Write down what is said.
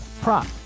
prop